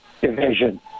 division